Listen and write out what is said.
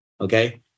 okay